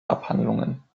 abhandlungen